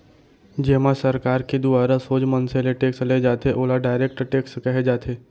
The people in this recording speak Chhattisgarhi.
जेमा सरकार के दुवारा सोझ मनसे ले टेक्स ले जाथे ओला डायरेक्ट टेक्स कहे जाथे